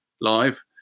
live